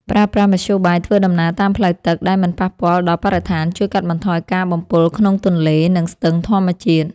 ប្រើប្រាស់មធ្យោបាយធ្វើដំណើរតាមផ្លូវទឹកដែលមិនប៉ះពាល់ដល់បរិស្ថានជួយកាត់បន្ថយការបំពុលក្នុងទន្លេ និង ស្ទឹងធម្មជាតិ។